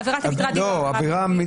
עבירת המטרד היא לא עבירה מינהלית.